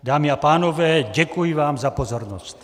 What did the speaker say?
Dámy a pánové, děkuji vám za pozornost.